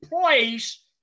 place